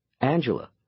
Angela